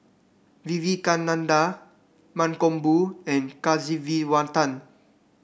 Vivekananda Mankombu and Kasiviswanathan